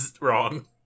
wrong